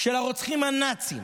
של הרוצחים הנאצים